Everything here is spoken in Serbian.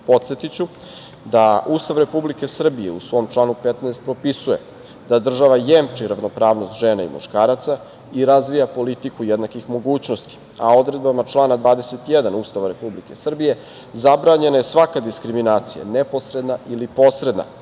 Podsetiću da Ustav Republike Srbije u svom članu 15. propisuje da država jemči ravnopravnost žena i muškaraca i razvija politiku jednakih mogućnosti, a odredbama člana 21. Ustava Republike Srbije zabranjena je svaka diskriminacija, neposredna ili posredna,